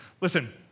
Listen